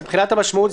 אז מבחינת המשמעות,